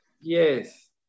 Yes